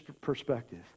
perspective